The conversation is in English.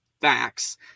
facts